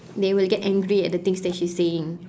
they will get angry at the things that she's saying